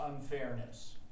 unfairness